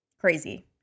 Crazy